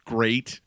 Great